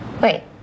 wait